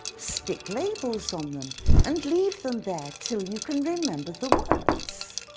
stick labels on them and leave them there till you can remember the words.